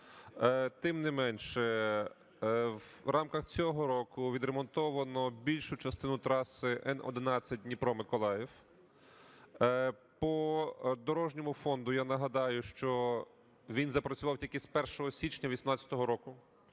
Тим не менше, в рамках цього року відремонтовано більшу частину траси Н11 Дніпро-Миколаїв. По дорожньому фонду. Я нагадаю, що він запрацював тільки з 1 січня 2018 року